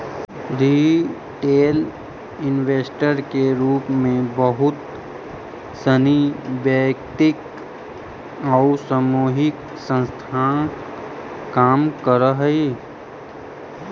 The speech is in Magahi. रिटेल इन्वेस्टर के रूप में बहुत सनी वैयक्तिक आउ सामूहिक संस्था काम करऽ हइ